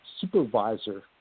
supervisor